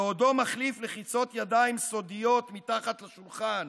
בעודו מחליף לחיצות ידיים סודיות מתחת לשולחן